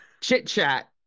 chit-chat